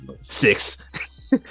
six